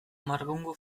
marbungu